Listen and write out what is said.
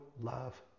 love